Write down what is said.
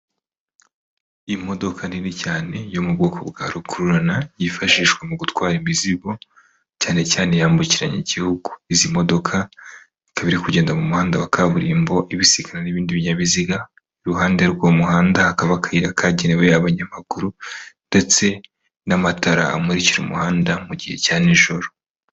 Imodoka nini cyane yo mu bwoko bwa rukururana yifashishwa mu gutwara imizigo cyane cyane yambukiranya igihugu. Izi modoka kabiri kugenda mu muhanda wa kaburimbo ibisikana n'ibindi binyabiziga, iruhande rw'umuhanda hakaba akayira kagenewe abanyamaguru ndetse n'amatara amurikira umuhanda mu gihe cya nijoro.